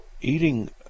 eating